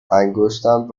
انگشتم